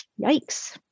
yikes